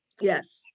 Yes